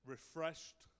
refreshed